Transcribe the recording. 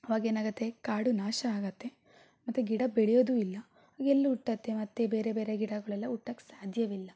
ಅವಾಗೇನಾಗತ್ತೆ ಕಾಡು ನಾಶ ಆಗತ್ತೆ ಮತ್ತೆ ಗಿಡ ಬೆಳಿಯೋದು ಇಲ್ಲ ಎಲ್ಲಿ ಹುಟ್ಟತ್ತೆ ಮತ್ತೆ ಬೇರೆ ಬೇರೆ ಗಿಡಗಳೆಲ್ಲ ಹುಟ್ಟಕ್ಕೆ ಸಾಧ್ಯವಿಲ್ಲ